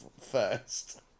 first